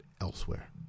elsewhere